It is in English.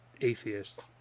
atheist